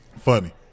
Funny